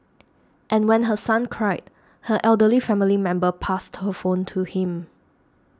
and when her son cried her elderly family member passed her phone to him